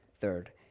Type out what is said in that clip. third